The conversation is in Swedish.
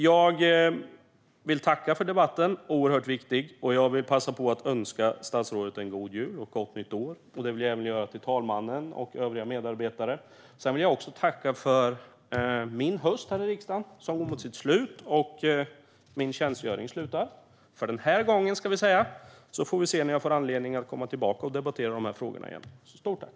Jag vill tacka för debatten, som är oerhört viktig, och vill passa på att önska statsrådet, talmannen och övriga medarbetare en god jul och ett gott nytt år. Jag vill också tacka för min höst här i riksdagen. Min tjänstgöring går mot sitt slut för den här gången. Sedan får vi se när jag får anledning att komma tillbaka och debattera de här frågorna igen. Stort tack!